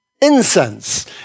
incense